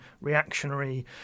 reactionary